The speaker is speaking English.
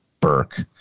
Burke